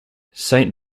saint